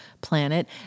planet